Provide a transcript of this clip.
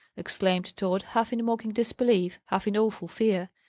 exclaimed tod, half in mocking disbelief, half in awful fear.